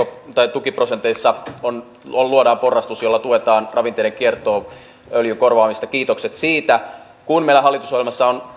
tukiprosenteissa luodaan porrastus jolla tuetaan ravinteiden kiertoa öljyn korvaamista kiitokset siitä kun meillä hallitusohjelmassa on